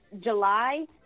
july